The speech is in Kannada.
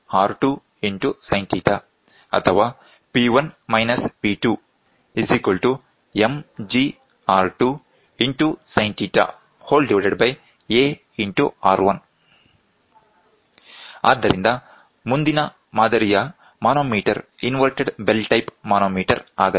ಆದ್ದರಿಂದ ಮುಂದಿನ ಮಾದರಿಯ manometer inverted bell type manometer ಆಗಲಿದೆ